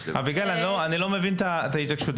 אביגיל, אני לא מבין את ההתעקשות.